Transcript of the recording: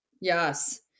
Yes